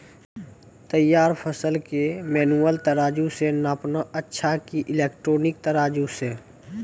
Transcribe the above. तैयार फसल के मेनुअल तराजु से नापना अच्छा कि इलेक्ट्रॉनिक तराजु से?